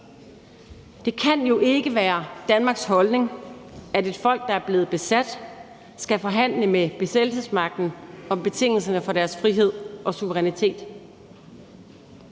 Det kan jo ikke være Danmarks holdning, at et folk, der er blevet besat, skal forhandle med besættelsesmagten om betingelserne for deres frihed og suverænitet.